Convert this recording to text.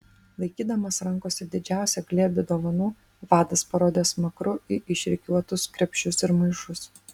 laikydamas rankose didžiausią glėbį dovanų vadas parodė smakru į išrikiuotus krepšius ir maišus